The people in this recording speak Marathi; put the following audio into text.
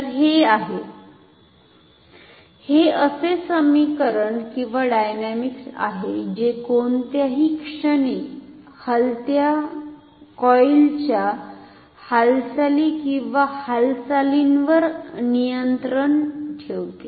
तर हे आहे हे असे समीकरण किंवा डायनॅमिक्स आहे जे कोणत्याही क्षणी हलत्या कॉइलच्या हालचाली किंवा हालचालींवर नियंत्रण ठेवते